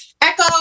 Echo